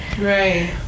right